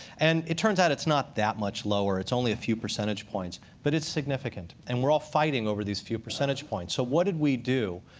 and it turns out it's not that much lower. it's only a few percentage points. but it's significant. and we're all fighting over these few percentage points. so what did we do?